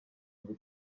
ngo